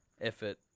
effort